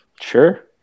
Sure